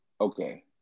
Okay